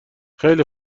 خیلی